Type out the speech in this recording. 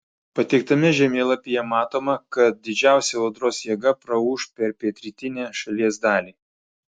pateiktame žemėlapyje matoma kad didžiausia audros jėga praūš per pietrytinę šalies dalį